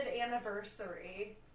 anniversary